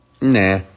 Nah